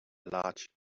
large